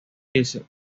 irse